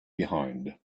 behind